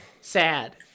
sad